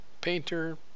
painter